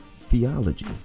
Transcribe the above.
theology